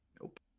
Nope